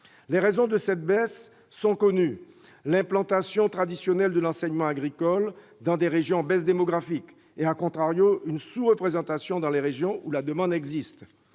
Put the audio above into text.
Les raisons de cette baisse sont connues : l'implantation traditionnelle de l'enseignement agricole dans des régions en baisse démographique et,, une sous-représentation dans les régions où la demande existe